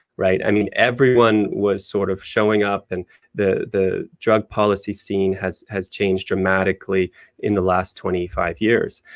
right? i mean, everyone was sort of showing up and the the drug policy scene has has changed dramatically in the last twenty five years.